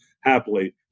happily